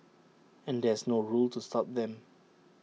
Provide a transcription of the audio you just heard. and there's no rule to stop them